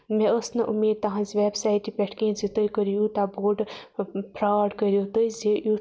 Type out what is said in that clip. مےٚ ٲسۍ نہٕ اُمیٖد تُہنٛز ویٚبسایٹہِ پٮ۪ٹھ کینٛہہ زِ تُہۍ کٔرِو یوٗتاہ بوٚڑ فراڈ کٔرِو تُہۍ زِ یُتھ